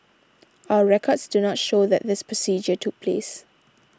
our records do not show that this procedure took place